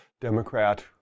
Democrat